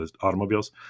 automobiles